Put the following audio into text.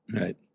right